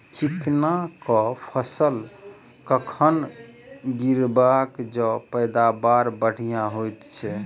चिकना कऽ फसल कखन गिरैब जँ पैदावार बढ़िया होइत?